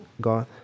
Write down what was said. God